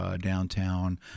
downtown